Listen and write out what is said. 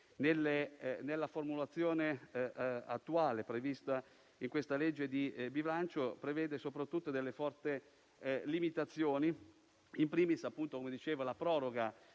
nella formulazione attuale prevista in questo disegno di legge di bilancio prevede soprattutto delle forti limitazioni. *In primis,* la proroga